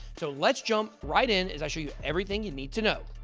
so let's jump right in as i show you everything you need to know.